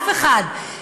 אף אחד,